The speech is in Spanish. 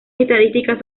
estadísticas